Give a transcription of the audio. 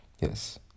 yes